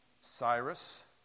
Cyrus